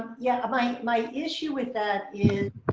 yeah, my my issue with that is